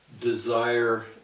desire